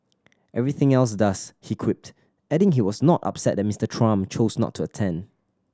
everything else does he quipped adding he was not upset that Mister Trump chose not to attend